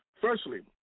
firstly